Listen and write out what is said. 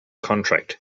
contract